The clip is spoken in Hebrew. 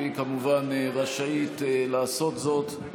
והיא רשאית לעשות זאת,